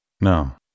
No